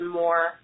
more